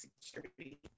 security